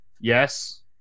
yes